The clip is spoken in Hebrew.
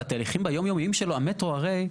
בתהליכים היום-יומיים שלו המטרו הרי,